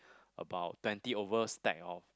about twenty over stack of